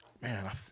Man